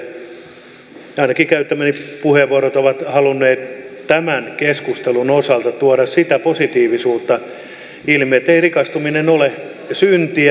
ainakin käyttämäni puheenvuorot ovat halunneet tämän keskustelun osalta tuoda sitä positiivisuutta ilmi että ei rikastuminen ole syntiä